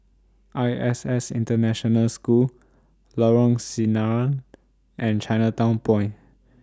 I S S International School Lorong Sinaran and Chinatown Point